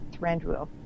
Thranduil